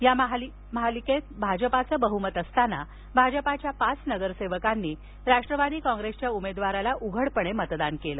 या महापालिकेत भाजपाचं बहमत असताना भाजपाच्या पाच नगरसेवकांनी राष्ट्रवादी काँग्रेसच्या उमेदवाराला उघडपणे मतदान केलं